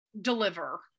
deliver